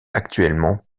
actuellement